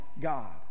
god